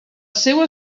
seua